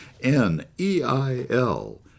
N-E-I-L